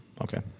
Okay